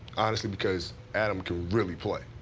honestly. because adam can really play.